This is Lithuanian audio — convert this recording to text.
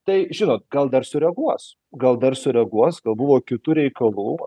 tai žinot gal dar sureaguos gal dar sureaguos gal buvo kitų reikalų